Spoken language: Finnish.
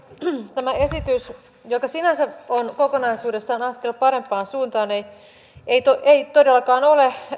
tämä esitys joka sinänsä on kokonaisuudessaan askel parempaan suuntaan ei todellakaan ole